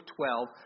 12